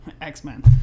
X-Men